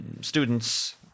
students